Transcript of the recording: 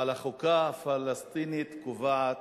אבל החוקה הפלסטינית קובעת: